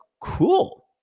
cool